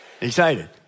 Excited